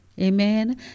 Amen